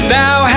now